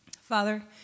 Father